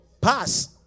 pass